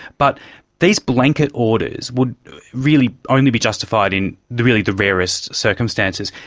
but these blanket orders would really only be justified in really the rarest circumstances,